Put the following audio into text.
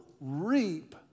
reap